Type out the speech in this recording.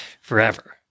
forever